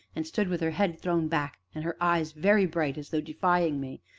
and stood with her head thrown back, and her eyes very bright, as though defying me.